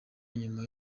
nyuma